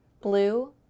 Blue